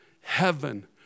Heaven